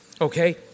Okay